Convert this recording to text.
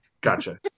Gotcha